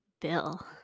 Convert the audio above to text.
Bill